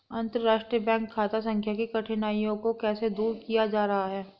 अंतर्राष्ट्रीय बैंक खाता संख्या की कठिनाइयों को कैसे दूर किया जा रहा है?